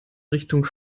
richtung